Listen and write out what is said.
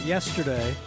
Yesterday